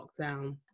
lockdown